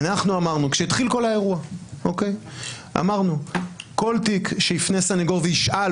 כשהתחיל כל האירוע אמרנו שכל תיק שיפנה סנגור וישאל,